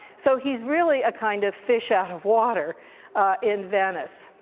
so he's really a kind of fish out of water in venice.